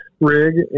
rig